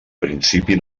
principi